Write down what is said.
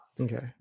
Okay